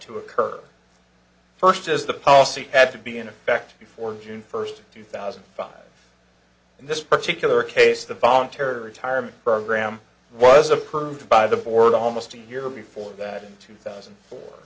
to occur first as the policy had to be in effect before june first two thousand and five in this particular case the voluntary retirement program was approved by the board almost a year before that in two thousand